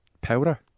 powder